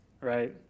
right